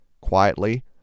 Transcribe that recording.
Quietly